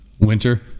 Winter